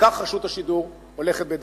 וכך רשות השידור הולכת בדרכה.